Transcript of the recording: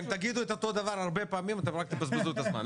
אם תגידו אותו דבר הרבה פעמים רק תבזבזו את הזמן.